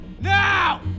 now